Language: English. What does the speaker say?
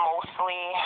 Mostly